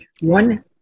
One